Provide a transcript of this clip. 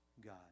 God